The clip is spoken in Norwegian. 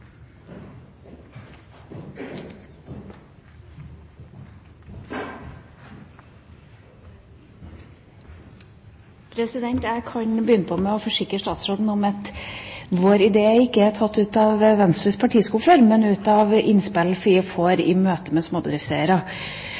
Jeg kan begynne med å forsikre statsråden om at vår idé ikke er tatt ut av Venstres partiskuffer, men fra innspill vi får i møte med småbedriftseiere.